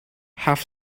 have